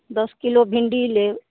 दश किलो भिण्डी लेब